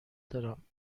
دارم